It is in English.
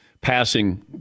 passing